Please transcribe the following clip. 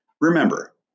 Remember